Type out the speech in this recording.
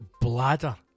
bladder